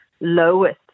lowest